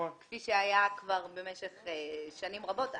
כפי שהיה כבר במשך שנים רבות.